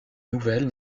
nouvelles